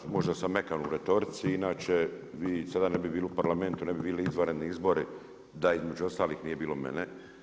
Pa da, možda sam mekan u retorici, inače vi sada ne bi bili u Parlamentu, ne bi bili izvanredni izbori, da između ostalih nije bilo mene.